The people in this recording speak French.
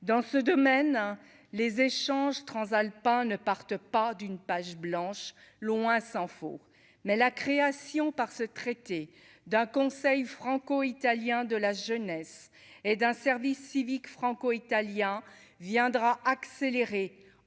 dans ce domaine, les échanges transalpins ne partent pas d'une page blanche, loin s'en faut, mais la création par ce traité d'un conseil franco-italien de la jeunesse et d'un service civique franco-italien viendra accélérer